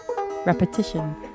Repetition